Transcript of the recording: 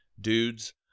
Dudes